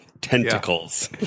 tentacles